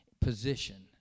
position